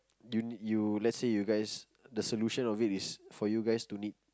you you let's you guys for the solution of it is for you to need